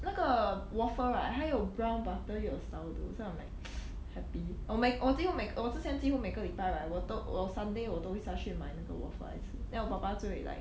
那个 waffle right 还有 brown butter 有 sell though so I'm like happy 我每我几乎每我自前几乎每个礼拜 right 我都我 sunday 我都会下去买那个 waffle ice cream then 我爸爸就会 like